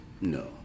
No